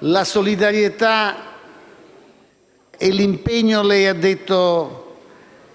la solidarietà e l'impegno